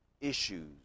issues